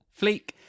Fleek